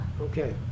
Okay